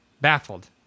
baffled